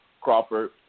Crawford